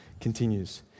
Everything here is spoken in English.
continues